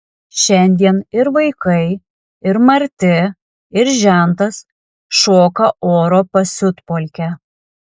šiandien ir vaikai ir marti ir žentas šoka oro pasiutpolkę